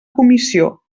comissió